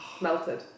melted